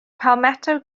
palmetto